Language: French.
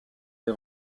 des